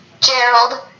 Gerald